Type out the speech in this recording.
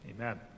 Amen